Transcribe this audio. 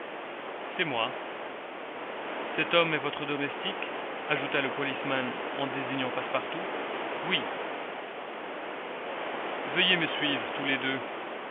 c'est moi cet homme est votre domestique ajouta le policeman en désignant passepartout oui veuillez me suivre tous les deux